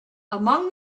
among